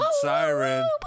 siren